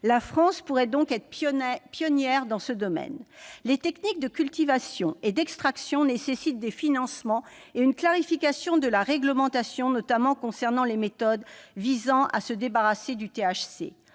par conséquent être pionnier dans ce domaine. Les techniques de culture et d'extraction nécessitent des financements et une clarification de la réglementation, notamment pour ce qui concerne les méthodes visant à se débarrasser du THC.